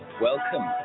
Welcome